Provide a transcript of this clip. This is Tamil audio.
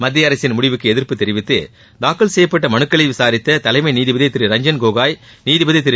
மத்திய அரசின் முடிவுக்கு எதிர்ப்பு தெரிவித்து தாக்கல் செய்யப்பட்ட மனுக்களை விசாரித்த தலைமை நீதிபதி திரு ரஞ்சன் கோகாய் நீதிபதி திரு